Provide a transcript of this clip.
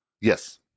Yes